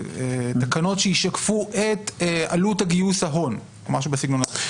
תקנות שישקפו את עלות גיוס ההון או משהו בסגנון הזה.